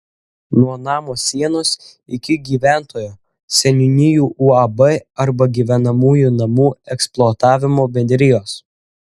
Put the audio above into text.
nuo namo sienos iki gyventojo seniūnijų uab arba gyvenamųjų namų eksploatavimo bendrijos